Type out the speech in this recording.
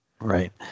right